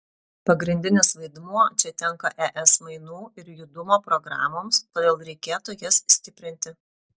pagrindinis vaidmuo čia tenka es mainų ir judumo programoms todėl reikėtų jas stiprinti